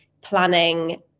planning